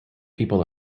people